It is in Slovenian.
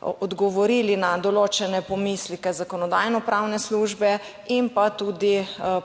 odgovorili na določene pomisleke zakonodajnopravne službe in pa tudi